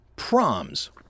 proms